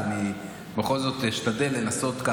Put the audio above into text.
אז אני בכל זאת אשתדל לנסות,